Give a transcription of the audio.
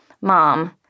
Mom